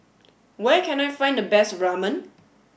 where can I find the best Ramen